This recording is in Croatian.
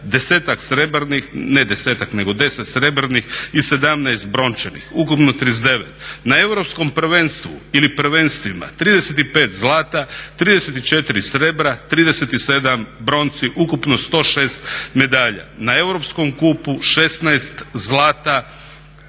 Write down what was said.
10 srebrnih i 17 brončanih, ukupno 39. Na europskom prvenstvu ili prvenstvima 35 zlata, 34 srebra, 37 bronci, ukupno 106 medalja. Na europskom kupu 16 zlata,